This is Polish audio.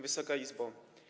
Wysoka Izbo!